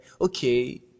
okay